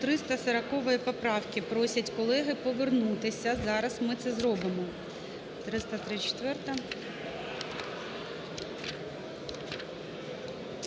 340 поправки просять колеги повернутися. Зараз ми це зробимо.